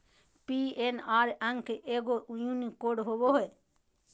PNR अंक एगो unique code होबो हइ